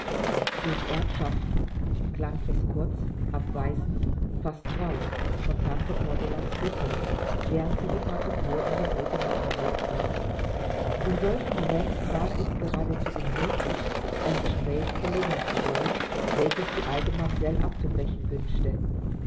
durch erbschaft klang es kurz abweisend fast rauh von tante cordulas lippen während sie die partitur in die rote mappe legte in solchen momenten war es geradezu unmöglich ein gespräch verlängern zu wollen welches die alte mamsell abzubrechen wünschte